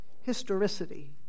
historicity